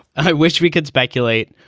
i wish we could speculate,